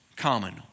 common